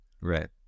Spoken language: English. Right